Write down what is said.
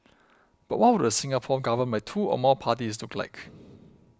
but what would a Singapore governed by two or more parties look like